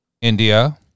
India